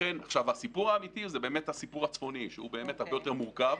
הסיפור האמיתי זה הסיפור הצפוני שהוא באמת הרבה יותר מורכב,